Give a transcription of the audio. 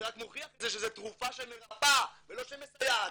זה רק מוכיח את זה שזה תרופה שמרפאה ולא שמסייעת.